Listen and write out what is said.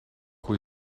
hoe